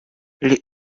les